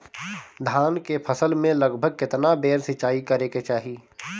धान के फसल मे लगभग केतना बेर सिचाई करे के चाही?